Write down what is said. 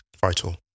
Vital